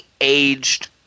aged